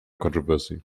controversy